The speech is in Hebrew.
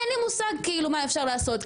אין לי מושג מה אפשר לעשות.